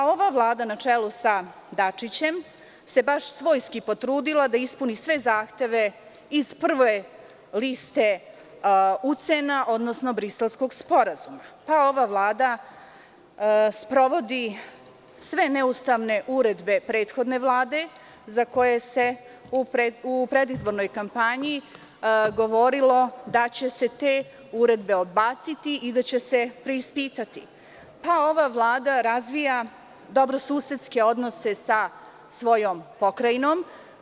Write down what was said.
Ova Vlada na čelu sa Dačićem se baš svojski potrudila da ispuni sve zahteve iz prve liste ucena, odnosno Briselskog sporazuma, pa ova Vlada sprovodi sve neustavne uredbe prethodne Vlade za koje se u predizbornoj kampanji govorilo da će se te uredbe odbaciti i da će se preispitati, pa ova Vlada razvija dobrosusedske odnose sa svojom pokrajinom.